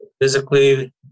physically